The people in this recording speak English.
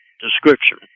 description